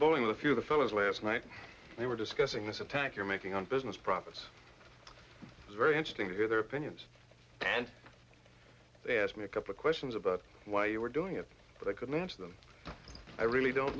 boy with a few of the fellows last night we were discussing this attack you're making on business profits it's very interesting to hear their opinions and they asked me a couple questions about why you were doing it but i couldn't answer them i really don't